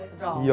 wrong